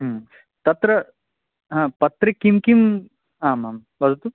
तत्र हा पत्रे किं किम् आमाम् वदतु